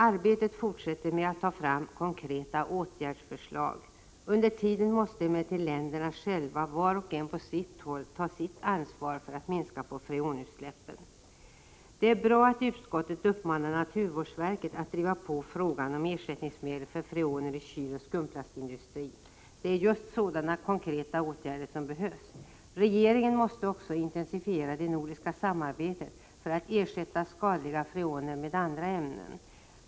Arbetet fortsätter med att ta fram konkreta åtgärdsförslag. Under tiden måste emellertid länderna själva var och en på sitt håll ta sitt ansvar för att minska på freonutsläppen. Det är bra att utskottet uppmanar naturvårdsverket att driva på frågan om ersättningsmedel för freoner i kyloch skumplastindustrin. Det är just sådana konkreta åtgärder som behövs. Regeringen måste också intensifiera det nordiska samarbetet för att ersätta skadliga freoner med andra ämnen.